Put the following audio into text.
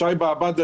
שי באב"ד,